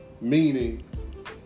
Meaning